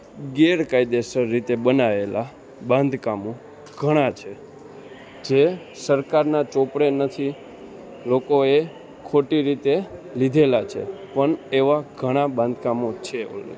ગેરકાયદેસર રીતે બનાવેલા બાંધકામો ઘણા છે જે સરકારના ચોપડે નથી લોકોએ ખોટી રીતે લીધેલા છે પણ એવા ઘણા બાંધકામો છે